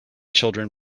children